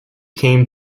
came